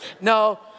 no